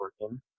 working